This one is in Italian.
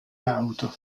auto